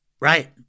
Right